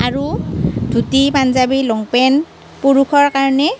আৰু ধুতি পাঞ্জাবী লংপেণ্ট পুৰুষৰ কাৰণে